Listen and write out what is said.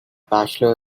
bachelor